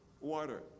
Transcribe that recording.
water